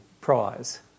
prize